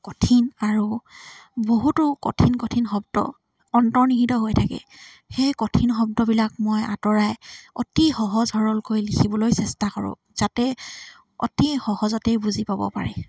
কঠিন আৰু বহুতো কঠিন কঠিন শব্দ অন্তৰ্নিহিত হৈ থাকে সেই কঠিন শব্দবিলাক মই আঁতৰাই অতি সহজ সৰলকৈ লিখিবলৈ চেষ্টা কৰোঁ যাতে অতি সহজতেই বুজি পাব পাৰে